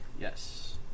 yes